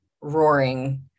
roaring